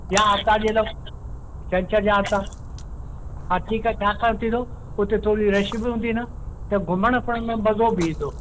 या आरतवारु ॾींहुं हलूं छंछरु या आरतवारु हा ठीकु आहे छाकाणि थींदो उते थोरी रश बि हूंदी न त घुमणु फिरणु में मज़ो बि ईंदो